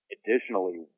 Additionally